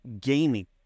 gaming